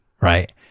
Right